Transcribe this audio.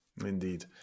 Indeed